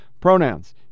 pronouns